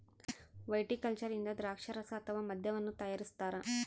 viticulture ಇಂದ ದ್ರಾಕ್ಷಾರಸ ಅಥವಾ ಮದ್ಯವನ್ನು ತಯಾರಿಸ್ತಾರ